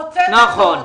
נכון.